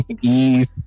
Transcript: Eve